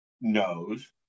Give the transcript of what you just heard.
knows